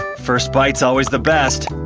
first bite's always the best.